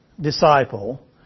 disciple